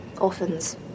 Orphans